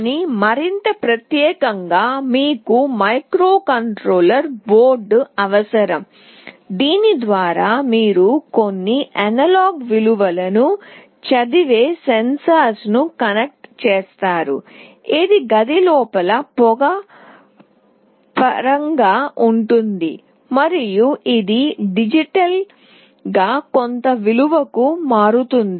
కానీ మరింత ప్రత్యేకంగా మీకు మైక్రోకంట్రోలర్ బోర్డ్ అవసరం దీని ద్వారా మీరు కొన్ని అనలాగ్ విలువలను చదివే సెన్సార్ను కనెక్ట్ చేస్తారు ఇది గది లోపల పొగ పరంగా ఉంటుంది మరియు ఇది డిజిటల్గా కొంత విలువకు మారుతుంది